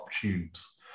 tubes